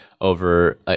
over